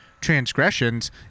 transgressions